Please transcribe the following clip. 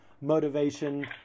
motivation